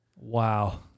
Wow